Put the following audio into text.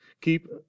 Keep